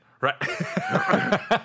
Right